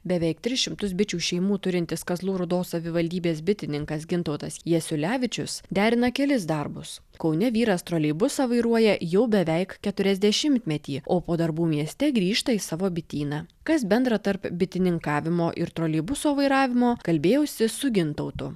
beveik tris šimtus bičių šeimų turintis kazlų rūdos savivaldybės bitininkas gintautas jasiulevičius derina kelis darbus kaune vyras troleibusą vairuoja jau beveik keturiasdešimtmetį o po darbų mieste grįžta į savo bityną kas bendra tarp bitininkavimo ir troleibuso vairavimo kalbėjausi su gintautu